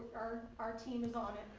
our our team is on it.